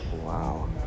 Wow